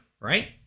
right